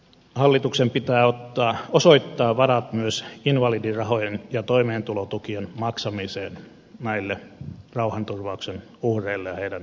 hallituksen pitää osoittaa varat myös invalidirahojen ja toimeentulotukien maksamiseen näille rauhanturvauksen uhreille ja heidän omaisilleen